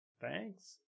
Thanks